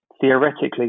theoretically